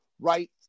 right